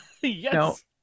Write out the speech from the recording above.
Yes